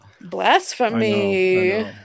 blasphemy